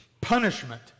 punishment